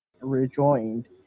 rejoined